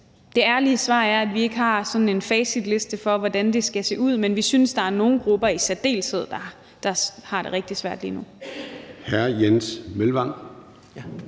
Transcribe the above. det ærlige svar er, at vi ikke har sådan en facitliste for, hvordan det skal se ud, men vi synes bare, at nogle grupper i særdeleshed har det rigtig svært lige nu. Kl. 17:30 Formanden